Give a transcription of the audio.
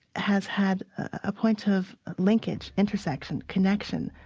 has had a point of linkage, intersection, connection,